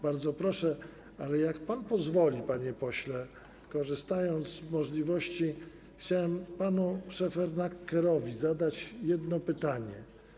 Bardzo proszę, ale jeśli pan pozwoli, panie pośle, to, korzystając z możliwości, chciałem panu Szefernakerowi zadać jedno pytanie.